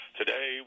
today